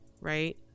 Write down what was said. Right